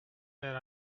that